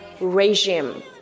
REGIME